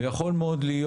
יכול מאוד להיות